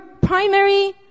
primary